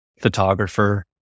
photographer